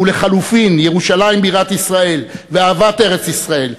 ולחלופין ירושלים בירת ישראל ואהבת ארץ-ישראל",